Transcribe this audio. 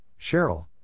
Cheryl